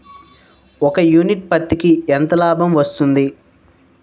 ఒక యూనిట్ పత్తికి ఎంత లాభం వస్తుంది?